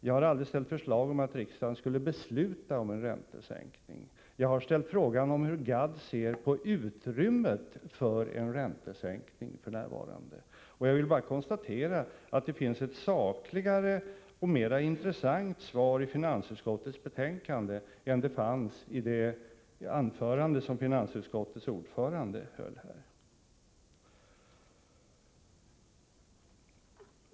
Jag har aldrig ställt förslag om att riksdagen skulle besluta om en räntesänkning. Jag har ställt frågan om hur Arne Gadd ser på utrymmet för en räntesänkning f.n. Jag vill bara konstatera att det finns ett sakligare och mera intressant svar på frågan i finansutskottets betänkande än det som fanns i det anförande som finansutskottets ordförande höll här.